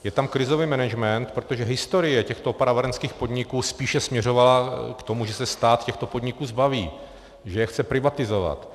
Je tam krizový management, protože historie těchto opravárenských podniků spíše směřovala k tomu, že se stát těchto podniků zbaví, že je chce privatizovat.